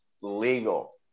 legal